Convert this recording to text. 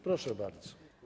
Proszę bardzo.